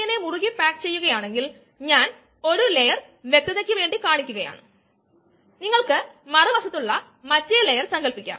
ഇത് ഉപയോഗിക്കുമ്പോൾ നിങ്ങൾ അൽപ്പം ശ്രദ്ധിക്കേണ്ടതുണ്ട് അതു നിങ്ങൾക്ക് പിന്നീട് പഠിക്കാൻ കഴിയും